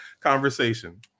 conversation